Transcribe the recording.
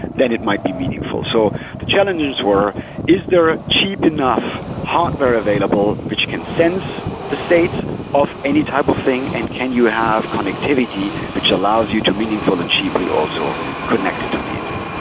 then it might be meaningful. so the challenges were is there a cheap enough hardware available which can sense the state of any type of thing and can you have connectivity, which allows you to meaningful and cheaply also connect it to the internet?